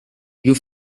you